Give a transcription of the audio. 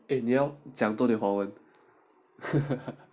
eh 你要讲多一点华文